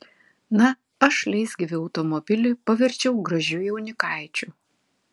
na aš leisgyvį automobilį paverčiau gražiu jaunikaičiu